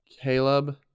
Caleb